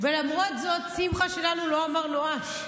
ולמרות זאת שמחה שלנו לא אמר נואש.